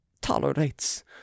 tolerates